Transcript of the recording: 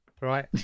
right